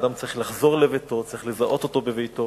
אדם צריך לחזור לביתו, צריך לזהות אותו בביתו.